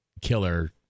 killer